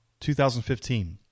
2015